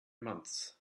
months